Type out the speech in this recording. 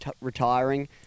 retiring